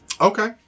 Okay